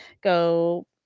go